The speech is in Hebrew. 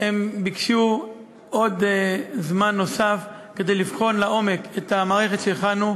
הם ביקשו זמן נוסף כדי לבחון לעומק את המערכת שהכנו.